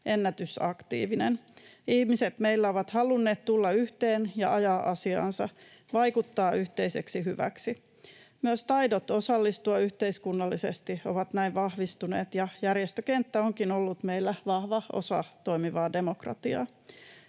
ennätysaktiivinen. Ihmiset meillä ovat halunneet tulla yhteen ja ajaa asiaansa, vaikuttaa yhteiseksi hyväksi. Myös taidot osallistua yhteiskunnallisesti ovat näin vahvistuneet, ja järjestökenttä onkin ollut meillä vahva osa toimivaa demokratiaa.